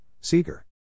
Seeger